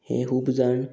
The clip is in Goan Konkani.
हे खूब जाण